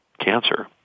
cancer